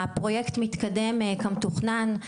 הפרויקט מתקדם כמתוכנן,